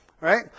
Right